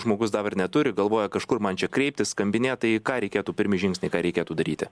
žmogus dabar neturi galvoja kažkur man čia kreiptis skambinėt tai ką reikėtų pirmi žingsniai ką reikėtų daryti